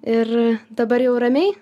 ir dabar jau ramiai